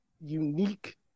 unique